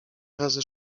razy